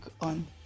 on